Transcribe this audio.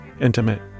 intimate